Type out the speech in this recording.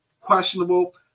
questionable